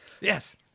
Yes